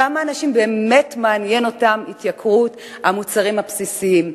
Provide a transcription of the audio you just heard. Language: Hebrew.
כמה אנשים באמת מעניינת אותם התייקרות המוצרים הבסיסיים?